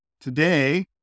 Today